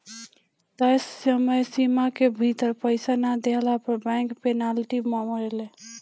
तय समय सीमा के भीतर पईसा ना देहला पअ बैंक पेनाल्टी मारेले